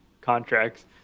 contracts